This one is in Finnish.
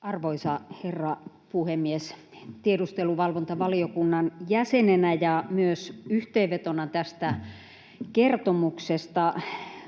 Arvoisa herra puhemies! Tiedusteluvalvontavaliokunnan jäsenenä ja myös yhteenvetona tästä kertomuksesta